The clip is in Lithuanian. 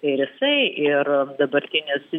ir jisai ir dabartinis